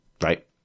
right